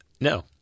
No